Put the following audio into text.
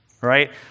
right